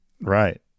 Right